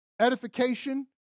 edification